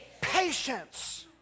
patience